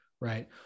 right